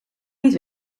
niet